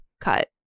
cut